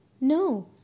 No